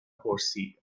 پرسید